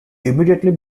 immediately